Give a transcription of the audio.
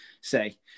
say